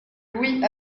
louis